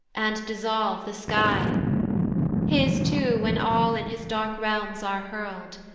and dissolve the sky his too, when all in his dark realms are hurl'd,